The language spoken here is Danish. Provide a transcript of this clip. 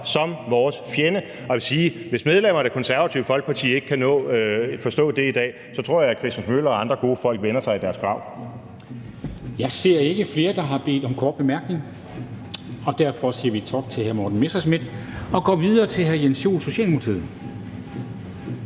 som vores fjende. Og jeg vil sige, at hvis medlemmer af Det Konservative Folkeparti ikke kan forstå det i dag, tror jeg, Christmas Møller og andre gode folk vender sig i deres grav. Kl. 13:33 Formanden (Henrik Dam Kristensen): Jeg ser ikke flere, der har bedt om korte bemærkninger. Derfor siger vi tak til hr. Morten Messerschmidt og går videre til hr. Jens Joel, Socialdemokratiet.